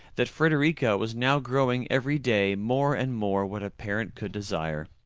that frederica was now growing every day more and more what parent could desire.